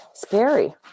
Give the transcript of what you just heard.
scary